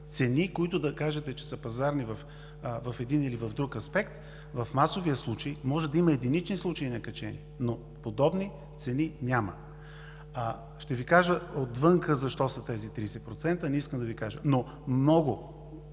Цени, които да кажете, че са пазарни в един или друг аспект, то в масовия случай може да има единични случаи, но подобни цени няма. Ще Ви кажа отвън защо са тези 30%. Много